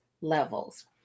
levels